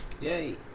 Yay